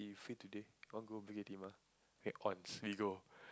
you free today want go Bukit-Timah eh on we go